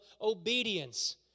obedience